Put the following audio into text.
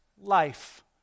life